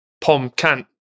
pom-cant